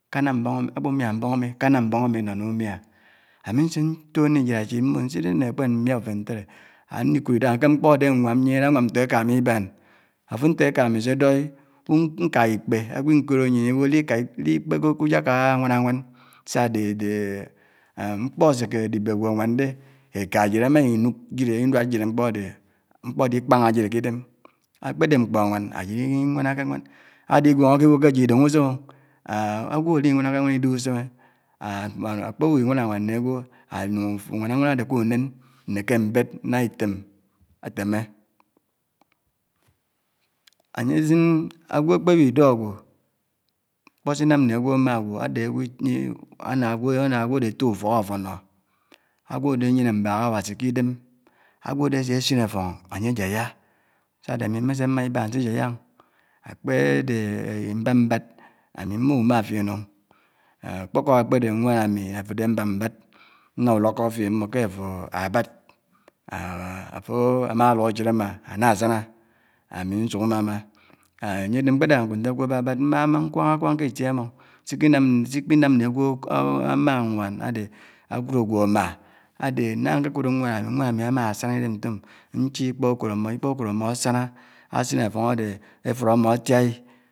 . Káná mbáng umi, ákpumíá mbáng umi káná mbáng umi no n'umiá ámi nsè ntò ndi yád èchid mbó nsidè ni ákpè mmià ufèn ntedè ándikud idàhá m kè mkpò ádè ánwám nyièn, ánwám ntò èkà ámi ibaan áfud ntò ékà ámi sè èdói, nkágá ikpè ágwò inkorò nyièn ibó li kaa li ikpè kò k'ujàkà áwánà áwán sá ádè dè Mkpò ásèkè ádikpè ágwò áwàn dè ékà ájid ámáinuk jidè iduád, jidè mkpò ádè, mkpò ade ikpángá jidè k'idèm Ákpádè mkpò áwán ájid inwáná kè áwán ádè igwòngò ké ibó kè ájid idéngé usémé o á ágwò ádi nwánákè áwán idéhè usémé ákpèbu nwáná áwán né ágwò ánung áwán áwán ádè k'unèn nnèkè mbèd n'ètèm atémmé ányè sin ágwò ákpè bi dó ágwò mkpó si nám ne ágwò áma ágwò ade áná ágwò, áná àgwo ádè átò ufòk áfònnò ágwò ádè áyènè mbák Awási ké idém ágwò ádè ásè sinè áffòng ányè ájáyá sá ádè ámi mmésé mmá ibaan sè iyáyá o! ákpèdè mbád mbád ámi mbuhu má fién o kpokóm akpe de nwaan ami ade mbád mbád nna ulókó fién mbó ké àfò ábàd. Àfò ámálu ájéd ámá áná sana, ami nsuk uma ma anye de mkpe da nkud nte ágwo abábád, mmahama, nkwaña kwañ k'itie amó s'iki nam, s'ikpi nam nó ágwo ama nwaan ade akud ágwo ama ade nañga nke kuto nwaan ami, nwaan ami ama saña idem nto'm, nche ikpo ukod amó, ikpo ukod amo asaña, asine affong ade efud amo atiai.